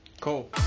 Cool